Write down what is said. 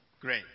Great